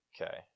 Okay